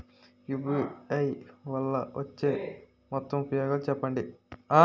UPI వల్ల వచ్చే మొత్తం ఉపయోగాలు చెప్పండి?